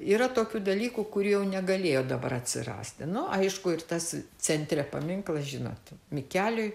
yra tokių dalykų kur jau negalėjo dabar atsirasti nu aišku ir tas centre paminklas žinot mikeliui